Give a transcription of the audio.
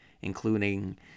including